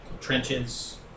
trenches